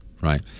right